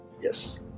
Yes